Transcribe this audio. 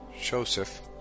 Joseph